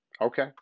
Okay